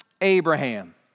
Abraham